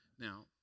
Now